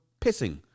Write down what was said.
pissing